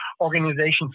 organizations